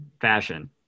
fashion